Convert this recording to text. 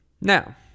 Now